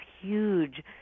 huge